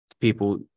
people